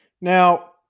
now